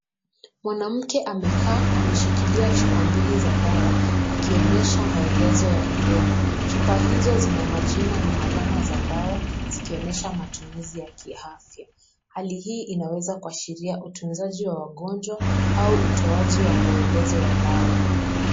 Mwanamke amekaa ameshikilia chupa mbili za dawa, akionyesha maelezo yaliomo. Chupa hizo zina majina na alama za dawa, zikionyesha matumizi ya kiafya. Hali hii inaweza kuashiria utunzaji wa wangonjwa au utoaji wa maelezo ya dawa.